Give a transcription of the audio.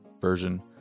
version